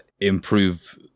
improve